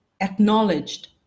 acknowledged